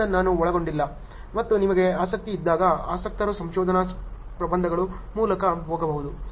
ಆದ್ದರಿಂದ ನಾನು ಒಳಗೊಂಡಿಲ್ಲ ಮತ್ತು ನಿಮಗೆ ಆಸಕ್ತಿ ಇದ್ದಾಗ ಆಸಕ್ತರು ಸಂಶೋಧನಾ ಪ್ರಬಂಧಗಳ ಮೂಲಕ ಹೋಗಬಹುದು